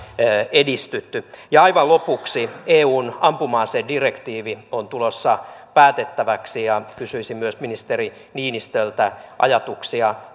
edistytty aivan lopuksi eun ampuma asedirektiivi on tulossa päätettäväksi ja kysyisin myös ministeri niinistöltä ajatuksia